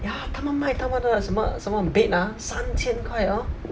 ya 他们卖他们的什么什么 bed ah 三千块 hor